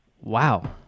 Wow